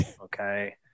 Okay